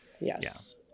Yes